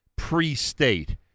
pre-state